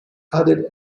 added